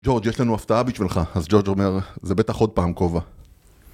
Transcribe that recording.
ג'ורג' יש לנו הפתעה בשבילך, אז ג'ורג' אומר, זה בטח עוד פעם כובע